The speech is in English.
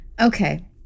okay